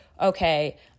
okay